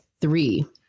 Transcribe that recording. three